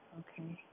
okay